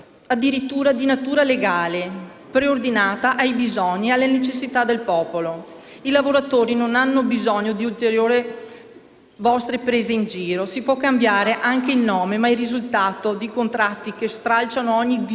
vostre prese in giro: si può cambiare anche il nome ma il risultato di contratti che stralciano ogni diritto duramente conquistato in anni di lotte, senza vedersi riconosciute ferie, malattie e infortuni, non fa onore a nessuno: anzi.